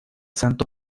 santo